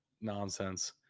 nonsense